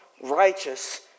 righteous